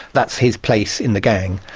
that's his place in the gang.